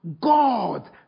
God